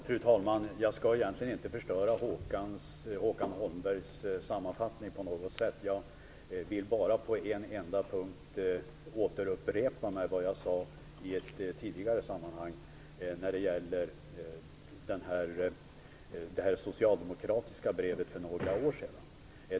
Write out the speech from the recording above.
Fru talman! Jag skall egentligen inte förstöra Håkan Holmbergs sammanfattning på något sätt. Jag vill bara på en enda punkt upprepa vad jag sade i ett tidigare sammanhang när det gäller det socialdemokratiska brevet från några år sedan.